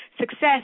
success